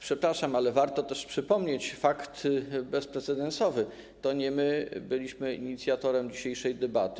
Przepraszam, ale warto też przypomnieć fakt bezprecedensowy: to nie my byliśmy inicjatorem dzisiejszej debaty.